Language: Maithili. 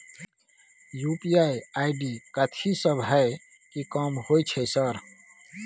यु.पी.आई आई.डी कथि सब हय कि काम होय छय सर?